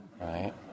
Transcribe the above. Right